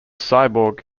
cyborg